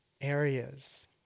areas